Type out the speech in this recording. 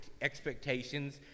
Expectations